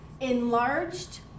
enlarged